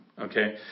Okay